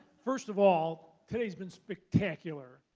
first of all, today has been spectacular.